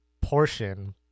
portion